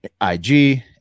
IG